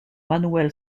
manuel